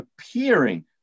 appearing